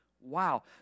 wow